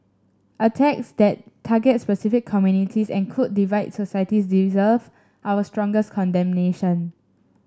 attacks that target specific communities and could divide societies deserve our strongest condemnation